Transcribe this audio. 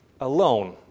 alone